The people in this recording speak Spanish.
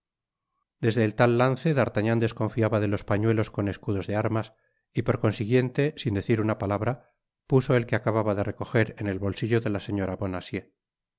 desde el tal lance d'artagnan desconfiaba de los pañuelos con escudos de armas y por consiguiente sin decir una palabra puso el que acababa de re coger en el bolsillo de la señora bonacieux esta